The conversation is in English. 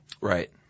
Right